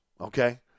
okay